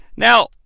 Now